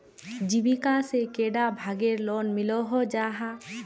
जीविका से कैडा भागेर लोन मिलोहो जाहा?